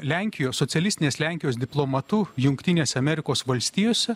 lenkijos socialistinės lenkijos diplomatu jungtinėse amerikos valstijose